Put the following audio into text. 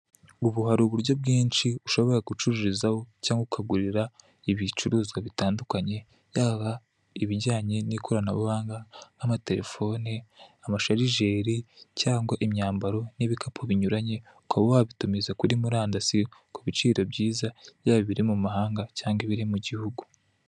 Ubu hari uburyo bwonshi ushobora gucururizwaho cyangwa ukagurira ibicuruza bitandukanye, yaba ibijyanye n'ikoranabuhanga, nk'amaterefone, amasharijeri, cyangwa imyambaro n'ibikapu binyuranye, ukaba wabitumuza kuri murandasi ku biciro byiza yaba ibiri mu mahanga cyangwa ibiri mu gihugu.